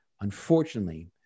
unfortunately